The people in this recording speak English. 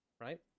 right